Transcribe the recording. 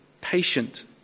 patient